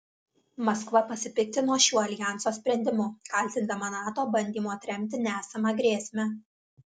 maskva pasipiktino šiuo aljanso sprendimu kaltindama nato bandymu atremti nesamą grėsmę